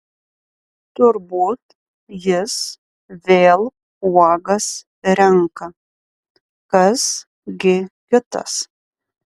turbūt jis vėl uogas renka kas gi kitas